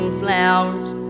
flowers